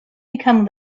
become